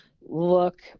look